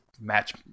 match